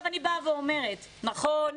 נכון,